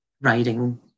writing